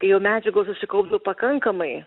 kai jau medžiagos susikaupdavo pakankamai